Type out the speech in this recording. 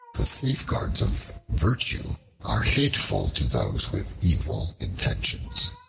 the safeguards of virtue are hateful to those with evil intentions.